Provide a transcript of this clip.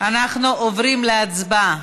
אנחנו עוברים להצבעה,